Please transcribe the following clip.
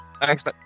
thanks